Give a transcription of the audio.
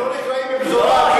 הם לא נקראים פזורה.